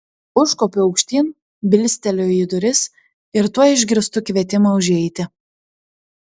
užkopiu aukštyn bilsteliu į duris ir tuoj išgirstu kvietimą užeiti